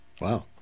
Wow